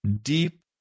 deep